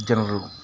ಜನರು